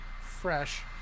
fresh